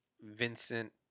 Vincent